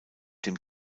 dem